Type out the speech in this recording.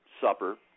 supper